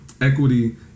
equity